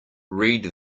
read